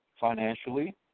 financially